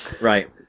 Right